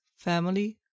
family